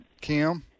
Kim